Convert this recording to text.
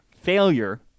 Failure